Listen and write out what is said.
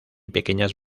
pequeñas